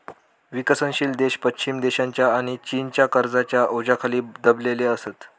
विकसनशील देश पश्चिम देशांच्या आणि चीनच्या कर्जाच्या ओझ्याखाली दबलेले असत